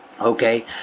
okay